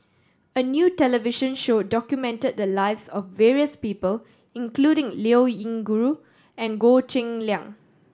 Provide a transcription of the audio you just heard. a new television show documented the lives of various people including Liao Yingru and Goh Cheng Liang